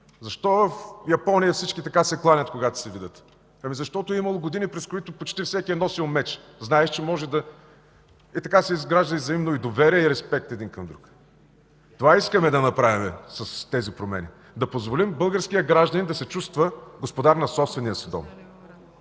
Защо в Япония всички се кланят, когато се видят? Защото е имало години, през които почти всеки е носел меч. И така са изграждали взаимно доверие и респект един към друг. Това искаме да направим с тези промени – да позволим на българския гражданин да се чувства господар в собствения си дом.